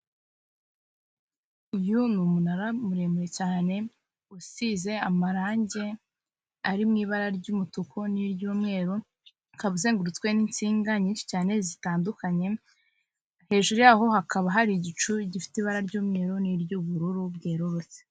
Uyu umunara muremure cyane usize amarangi ari mu ibara ry'umutuku n'ry'umweru, uka uzengurutswe n'insinga nyinshi cyane zitandukanye, hejuru yaho hakaba hari igicu gifite ibara ry'umweru n'iry'ubururu bwererutse.